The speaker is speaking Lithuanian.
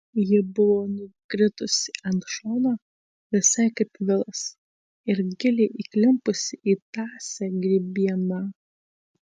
ji buvo nukritusi ant šono visai kaip vilas ir giliai įklimpusi į tąsią grybieną